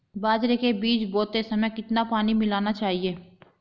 बाजरे के बीज बोते समय कितना पानी मिलाना चाहिए?